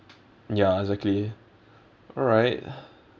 ya exactly alright